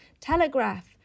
telegraph